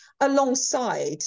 alongside